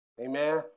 Amen